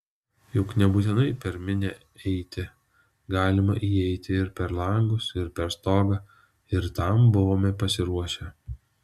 juk nebūtinai per minią eiti galima įeiti ir per langus ir per stogą ir tam buvome pasiruošę